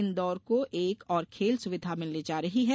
इन्दौर को एक और खेल सुविधा मिलने जा रही है